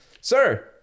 sir